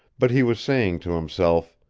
but he was saying to himself.